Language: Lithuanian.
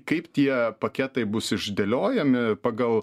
kaip tie paketai bus išdėliojami pagal